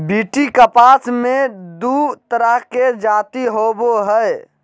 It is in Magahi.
बी.टी कपास मे दू तरह के जाति होबो हइ